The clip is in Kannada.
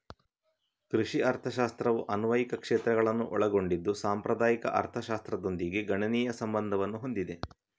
ಕೃಷಿ ಅರ್ಥಶಾಸ್ತ್ರವು ಅನ್ವಯಿಕ ಕ್ಷೇತ್ರಗಳನ್ನು ಒಳಗೊಂಡಿದ್ದು ಸಾಂಪ್ರದಾಯಿಕ ಅರ್ಥಶಾಸ್ತ್ರದೊಂದಿಗೆ ಗಣನೀಯ ಸಂಬಂಧವನ್ನು ಹೊಂದಿದೆ